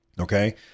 Okay